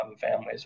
families